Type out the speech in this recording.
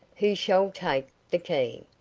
who shall take the key.